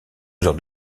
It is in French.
heures